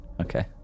Okay